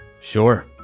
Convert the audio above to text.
Sure